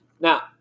Now